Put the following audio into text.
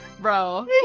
Bro